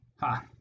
Ha